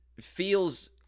feels